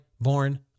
born